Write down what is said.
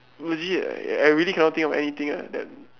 legit eh I really can't think of anything ah then